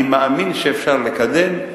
אני מאמין שאפשר לקדם,